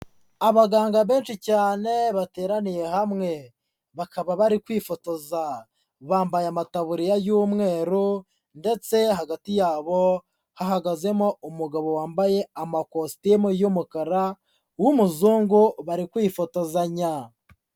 Abaganga benshi cyane bateraniye hamwe, bakaba bari kwifotoza, bambaye amataburiya y'umweru ndetse hagati yabo, hahagazemo umugabo wambaye amakositimu y'umukara w'umuzungu bari kwifotozanya.